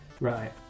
Right